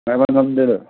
ꯉꯥꯏꯕ ꯉꯝꯗꯦꯅꯦ